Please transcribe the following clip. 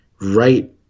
right